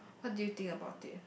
what do you think about it